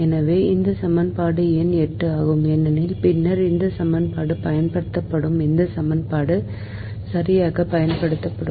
எனவே இது சமன்பாடு எண் 8 ஆகும் ஏனெனில் பின்னர் இந்த சமன்பாடு பயன்படுத்தப்படும் இந்த சமன்பாடு சரியாக பயன்படுத்தப்படும்